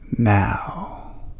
Now